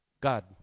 God